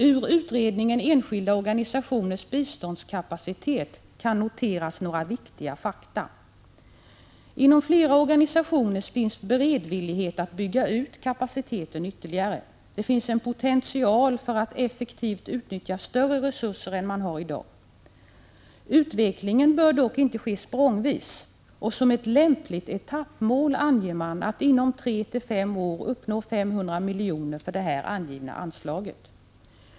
I utredningen ”Enskilda organisationers bi 59 ståndskapacitet” kan noteras några viktiga fakta. Inom flera organisationer finns beredvillighet att bygga ut kapaciteten ytterligare, och det finns en potential för att effektivt utnyttja större resurser än man har i dag. Utvecklingen bör dock inte ske språngvis, och som ett lämpligt etappmål anger man att inom tre till fem år uppnå 500 miljoner för det här angivna anslaget.